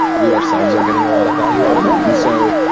we ourselves are getting a lot of value out of it. and so,